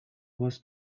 was